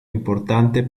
importante